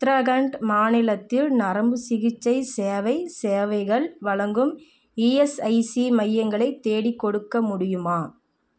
உத்தராகண்ட் மாநிலத்தில் நரம்புச் சிகிச்சை சேவை சேவைகள் வழங்கும் இஎஸ்ஐசி மையங்களை தேடிக்கொடுக்க முடியுமா